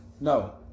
no